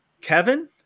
Kevin